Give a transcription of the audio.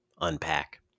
unpack